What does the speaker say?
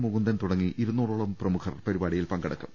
മുകുന്ദൻ തുടങ്ങി ഇരുനൂറോളം പ്രമുഖർ പരിപാടിയിൽ പങ്കെടുക്കും